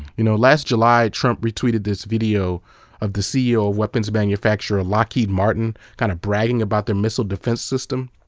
you know last july, trump retweeted this video of the ceo of weapons manufacturer lockheed martin kind of bragging about their missile defense system,